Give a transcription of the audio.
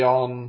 on